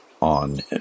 on